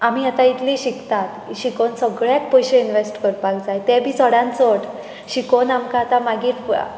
आमी आतां इतलीं शिकतात शिकून सगळ्यांक पयशे इनवॅस्ट करपाक जाय ते बी चडांत चड शिकून आमकां आतां मागीर फ